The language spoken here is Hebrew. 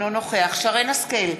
אינו נוכח שרן השכל,